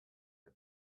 the